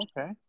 Okay